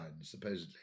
supposedly